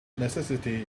necessity